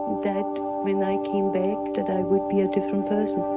that when i came back that i would be a different person.